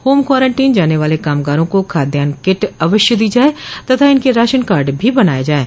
home quarantine जाने वाले कामगारों को खाद्यान्न किट अवश्य दी जाए तथा इनके राशन कार्ड भी बनाए जाएं